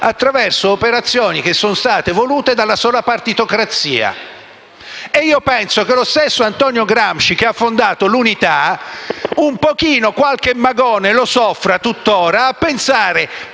attraverso operazioni che sono state volute dalla sola partitocrazia. Credo che lo stesso Antonio Gramsci, che ha fondato «l'Unità», qualche magone lo soffrirebbe tuttora nel pensare